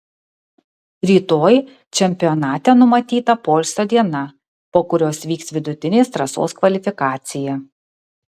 rytoj čempionate numatyta poilsio diena po kurios vyks vidutinės trasos kvalifikacija